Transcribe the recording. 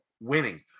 winning